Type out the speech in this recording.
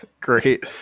Great